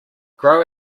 grow